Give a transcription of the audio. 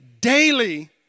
Daily